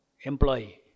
employee